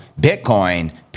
Bitcoin